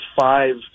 five